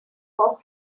for